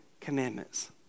commandments